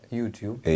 YouTube